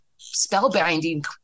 spellbinding